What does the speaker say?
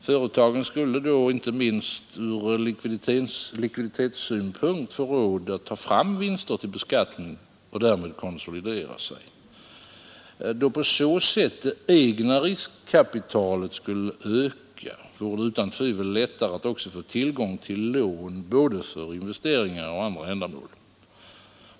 Företagen skulle då, inte minst ur likviditetssynpunkt, få råd att ta fram vinster till beskattning och därmed konsolidera sig. När på så sätt det egna riskkapitalet skulle öka, vore det utan tvivel lättare att också få tillgång till lån både för investeringar och för andra ändamål.